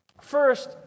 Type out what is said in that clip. First